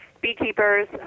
beekeepers